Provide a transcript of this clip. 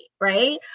right